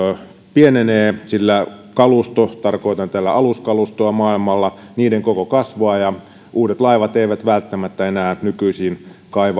pienenee sillä kaluston tarkoitan tällä aluskalustoa maailmalla koko kasvaa ja uudet laivat eivät välttämättä enää nykyisiin